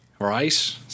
right